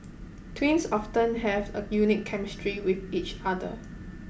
twins often have a unique chemistry with each other